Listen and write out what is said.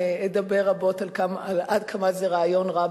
אדבר רבות במהלך הקמפיין על עד כמה זה רעיון רע,